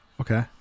Okay